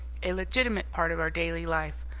a legitimate part of our daily life.